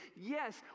yes